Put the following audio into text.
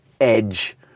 edge